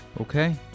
Okay